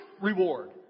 reward